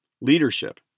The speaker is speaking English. Leadership